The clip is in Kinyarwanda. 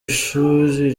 ishuri